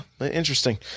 interesting